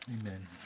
Amen